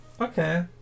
Okay